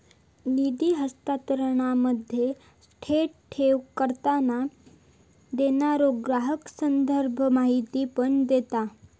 निधी हस्तांतरणामध्ये, थेट ठेव करताना, देणारो ग्राहक संदर्भ माहिती पण देता